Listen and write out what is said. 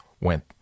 went